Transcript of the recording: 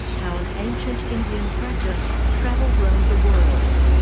how an ancient indian practice travelled round the world.